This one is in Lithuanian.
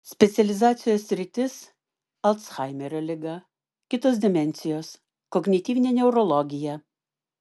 specializacijos sritis alzhaimerio liga kitos demencijos kognityvinė neurologija